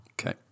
Okay